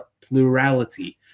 plurality